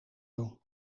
doen